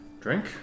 drink